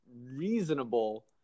reasonable